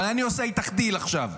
אבל אני עושה איתך דיל עכשיו.